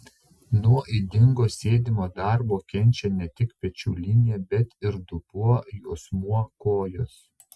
nuo ydingo sėdimo darbo kenčia ne tik pečių linija bet ir dubuo juosmuo kojos